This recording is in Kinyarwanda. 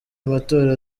amatora